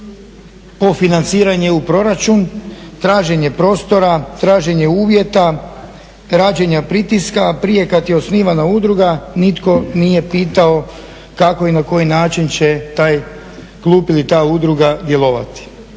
po financiranje u proračun, traženje prostora, traženje uvjeta, rađenja pritiska, a prije kad je osnivana udruga nitko nije pitao kako i na koji način će taj klub ili ta udruga djelovati.